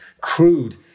crude